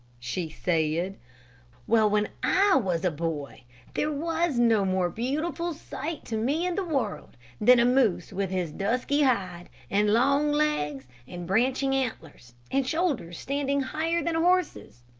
she said. well, when i was a boy there was no more beautiful sight to me in the world than a moose with his dusky hide, and long legs, and branching antlers, and shoulders standing higher than a horse's.